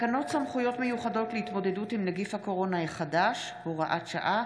מיוחדות להתמודדות עם נגיף הקורונה החדש (הוראת שעה)